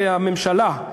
הממשלה,